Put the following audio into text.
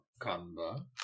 Kamba